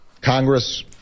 Congress